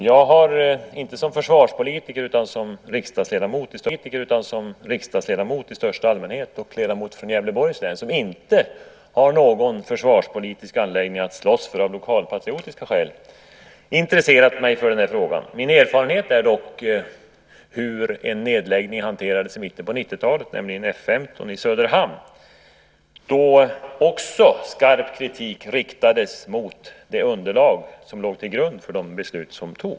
Fru talman! Jag har inte som försvarspolitiker utan som riksdagsledamot i största allmänhet och ledamot från Gävleborgs län, som inte har någon försvarspolitisk anläggning att slåss för av lokalpatriotiska skäl, intresserat mig för den här frågan. Min erfarenhet är dock hur en nedläggning hanterades i mitten av 90-talet, nämligen F 15 i Söderhamn. Då riktades också skarp kritik mot det underlag som låg till grund för de beslut som togs.